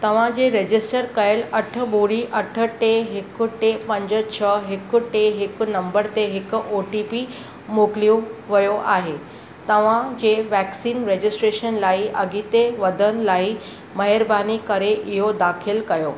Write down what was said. तव्हां जे रजिस्टर कयलु अठ ॿुड़ी अठ टे हिकु टे पंज छ्ह हिकु टे हिकु नंबर ते हिकु ओ टी पी मोकिलियो वयो आहे तव्हां जे वैक्सीन रजिस्ट्रेशन लाइ अॻिते वधण लाइ महिरबानी करे इहो दाख़िल कयो